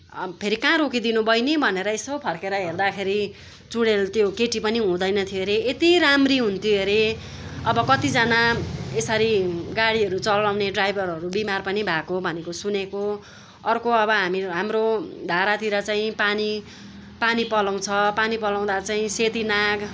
फेरि का रोकिदिनु बहिनी भनेर यसो फर्केर हेर्दाखेरि चुडेल त्यो केटी पनि हुँदैन थियो अरे यति राम्रो हुन्थ्यो अरे अब कतिजाना यसरी गाडीहरू चलाउने ड्राइभरहरू बिमार पनि भएको भनेको सुनेको अर्को अब हामी हाम्रो धारातिर चाहिँ पानी पानी पलाउँछ पानी पलाउँदा चाहिँ सेती नाग